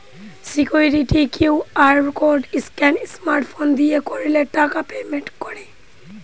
security QR code scan smart phone দিয়ে করলে টাকা পেমেন্ট করে